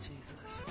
Jesus